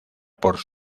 por